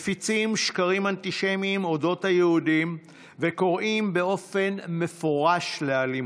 מפיצים שקרים אנטישמיים על אודות היהודים וקוראים באופן מפורש לאלימות,